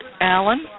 Alan